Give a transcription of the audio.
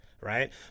right